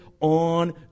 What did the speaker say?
on